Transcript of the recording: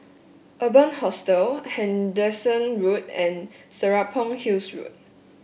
Urban Hostel Henderson Road and Serapong Hills Road